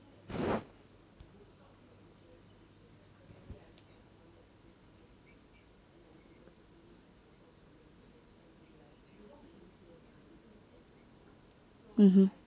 mmhmm